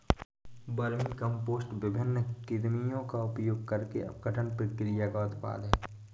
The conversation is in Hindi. वर्मीकम्पोस्ट विभिन्न कृमियों का उपयोग करके अपघटन प्रक्रिया का उत्पाद है